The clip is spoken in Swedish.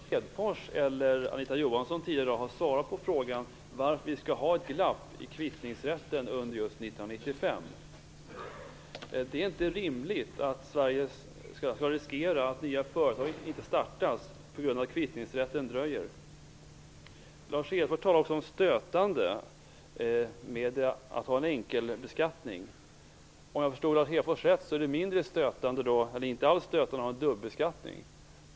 Fru talman! Varken Lars Hedfors eller Anita Johansson tidigare i dag har svarat på frågan varför vi skall ha ett glapp i kvittningsrätten under just 1995. Det är inte rimligt att Sverige skall riskera att nya företag inte startas på grund av att kvittningsrätten dröjer. Lars Hedfors talade också om det stötande med att ha en enkelbeskattning. Om jag förstod Lars Hedfors rätt är det mindre stötande eller inte alls stötande med en dubbelbeskattning.